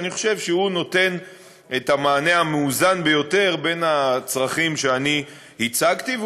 ואני חושב שהוא נותן את המענה המאוזן ביותר לצרכים שאני הצגתי,